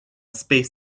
space